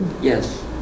Yes